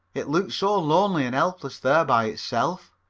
it looks so lonely and helpless there by itself.